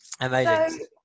amazing